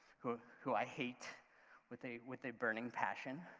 who who i hate with a with a burning passion.